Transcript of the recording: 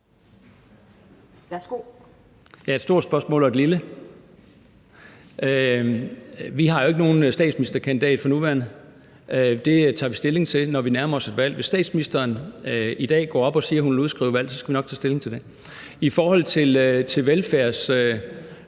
stort og et lille spørgsmål. Vi har jo ikke nogen statsministerkandidat for nuværende. Det tager vi stilling til, når vi nærmer os et valg. Hvis statsministeren i dag går op og siger, at hun vil udskrive valg, så skal vi nok tage stilling til det. I forhold til